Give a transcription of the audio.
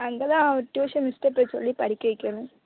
அங்கே தான் அவன் டியூசன் மிஸ்ட்ட போய் சொல்லி படிக்க வைக்கணும்